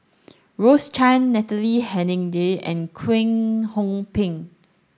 Rose Chan Natalie Hennedige and Kwek Hong Png